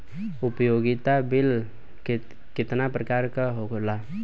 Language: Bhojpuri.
उपयोगिता बिल केतना प्रकार के होला?